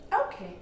Okay